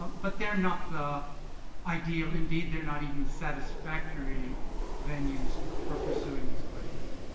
but they are not the ideal, indeed they are not even satisfactory venues for pursuing these questions.